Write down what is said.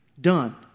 done